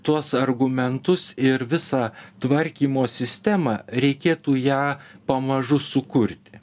tuos argumentus ir visą tvarkymo sistemą reikėtų ją pamažu sukurti